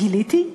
גיליתי?